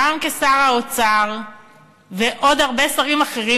גם כשר האוצר וכעוד הרבה שרים אחרים,